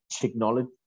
technology